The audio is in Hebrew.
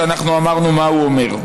שאנחנו אמרנו מה הוא אומר,